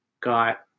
got